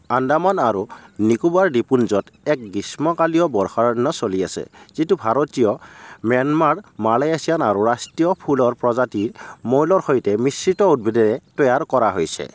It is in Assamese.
আন্দামান আৰু নিকোবাৰ দ্বীপপুঞ্জত এক গ্ৰীষ্মকালীয় বৰ্ষাৰণ্য চালি আছে যিটো ভাৰতীয় ম্যানমাৰ মালেছিয়ান আৰু ৰাষ্ট্ৰীয় ফুলৰ প্ৰজাতিৰ মৌলৰ সৈতে মিশ্ৰিত উদ্ভিদৰে তৈয়াৰ কৰা হৈছে